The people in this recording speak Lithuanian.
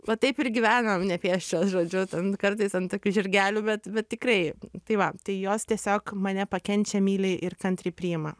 va taip ir gyvenam nepėsčios žodžiu ten kartais ant tokių žirgelių bet bet tikrai tai va tai jos tiesiog mane pakenčia myli ir kantriai priima